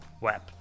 web